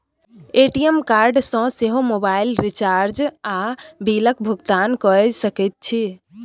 ATM card सँ सेहो मोबाइलक रिचार्ज आ बिलक भुगतान कए सकैत छी